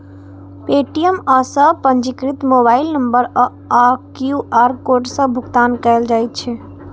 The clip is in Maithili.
पे.टी.एम सं पंजीकृत मोबाइल नंबर आ क्यू.आर कोड सं भुगतान कैल जा सकै छै